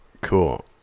cool